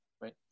right